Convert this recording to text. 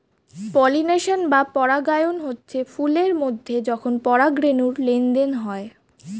pollination বা পরাগায়ন হচ্ছে ফুল এর মধ্যে যখন পরাগ রেণুর লেনদেন হয়